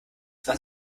was